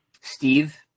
Steve